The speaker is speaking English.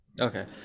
Okay